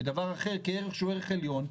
ודבר אחר כערך עליון,